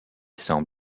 semble